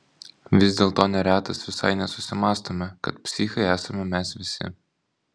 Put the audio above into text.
vis dėlto neretas visai nesusimąstome kad psichai esame mes visi